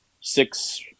six